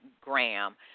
Graham